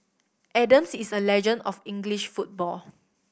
Adams is a legend of English football